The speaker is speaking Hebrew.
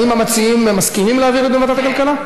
האם המציעים מסכימים להעביר את זה לוועדת הכלכלה?